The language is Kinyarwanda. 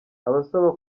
abasaba